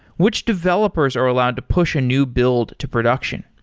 which developers are allowed to push a new build to production?